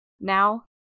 now